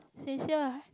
sincere right